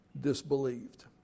disbelieved